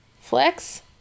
flex